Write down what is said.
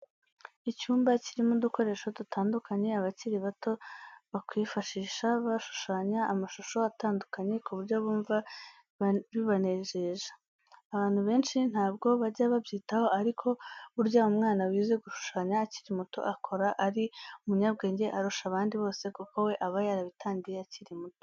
Icyumba kirimo udukoresho dutandukanye abakiri bato bakwifashisha bashushanya amashusho atandukanye ku buryo bumva bibanejeje. Abantu benshi ntabwo bajya babyitaho ariko burya umwana wize gushushanya akiri muto akura ari umunyabwenge arusha abandi bose kuko we aba yarabitangiye akiri muto.